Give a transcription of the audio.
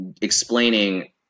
explaining